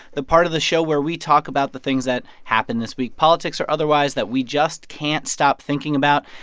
the part of the show where we talk about the things that happened this week, politics or otherwise, that we just can't stop thinking about.